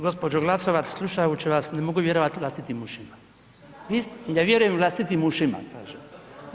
Gospođo Glasovac slušajuć vas ne mogu vjerovati vlastitim ušima. … [[Upadica se ne razumije.]] ne vjerujem vlastitim ušima kažem.